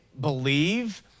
believe